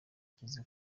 igeze